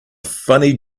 funny